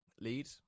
lead